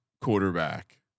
quarterback